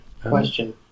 Question